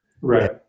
Right